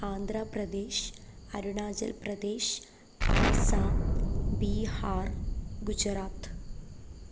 Andhra Pradesh Arunachal Pradesh Assam Bihar Gujarat